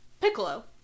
Piccolo